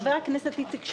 חבר הכנסת איציק שמולי,